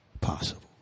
possible